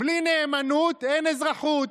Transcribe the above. בלי נאמנות אין אזרחות.